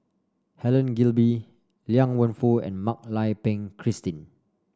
Helen Gilbey Liang Wenfu and Mak Lai Peng Christine